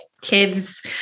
kids